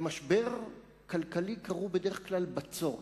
למשבר כלכלי קראו בדרך כלל "בצורת".